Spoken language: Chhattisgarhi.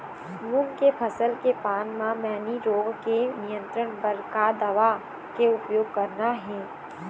मूंग के फसल के पान म मैनी रोग के नियंत्रण बर का दवा के उपयोग करना ये?